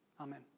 Amen